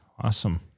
Awesome